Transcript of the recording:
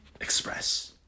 Express